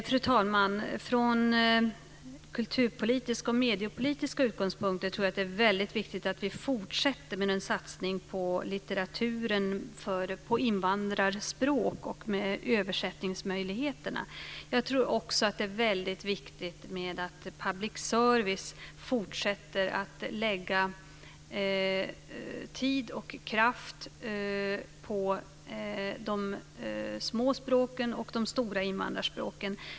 Fru talman! Från kulturpolitiska och mediepolitiska utgångspunkter tror jag att det är väldigt viktigt att vi fortsätter med en satsning på litteraturen på invandrarspråk och på översättningsmöjligheter. Jag tror också att det är väldigt viktigt att public service fortsätter att ägna tid och kraft åt de små språken och åt de stora invandrarspråken.